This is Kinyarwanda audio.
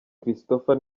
christopher